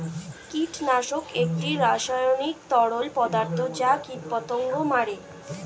কীটনাশক একটি রাসায়নিক তরল পদার্থ যা কীটপতঙ্গ মারে